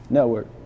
Network